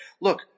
Look